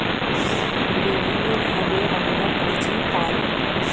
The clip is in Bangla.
বিভিন্নভাবে আমরা পুঁজি পায়